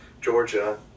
Georgia